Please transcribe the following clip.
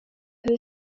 who